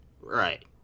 Right